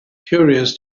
curious